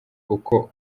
uko